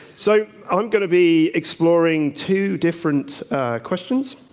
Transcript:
so i'm going to be exploring two different questions.